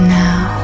now